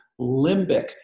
limbic